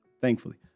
thankfully